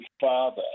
father